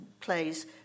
plays